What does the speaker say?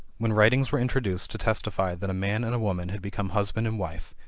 when writings were introduced to testify that a man and a woman had become husband and wife,